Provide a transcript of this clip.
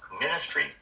ministry